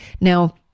Now